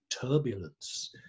turbulence